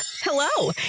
Hello